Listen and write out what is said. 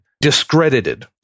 discredited